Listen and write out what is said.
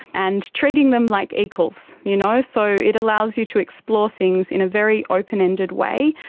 and treating them like equals. you know so it allows you to explore things in a very open-ended way,